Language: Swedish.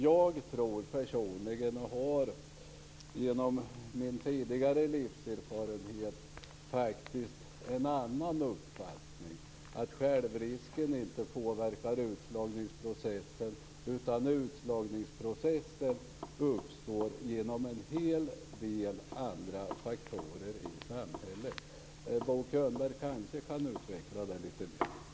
Jag tror personligen, och har genom min tidigare livserfarenhet, en annan uppfattning, nämligen att självrisken inte påverkar utslagningsprocessen utan utslagningsprocessen uppstår genom en hel del andra faktorer i samhället. Bo Könberg kanske kan utveckla det lite mer.